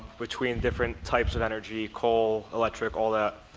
between different types of energy, coal, electric, all that.